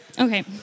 Okay